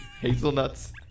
hazelnuts